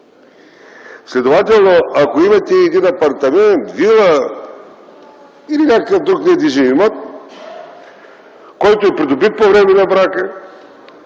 Следователно, ако имате един апартамент, вила или някакъв друг вид недвижим имот, който е придобит по време на брака,